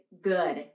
good